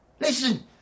listen